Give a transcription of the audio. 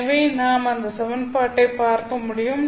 எனவே நாம் அந்த சமன்பாட்டைப் பார்க்க முடியும்